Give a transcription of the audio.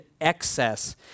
excess